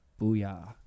booyah